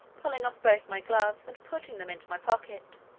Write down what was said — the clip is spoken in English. pulling off both my gloves, and putting them into my pocket.